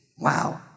Wow